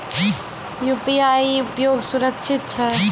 UPI उपयोग सुरक्षित छै?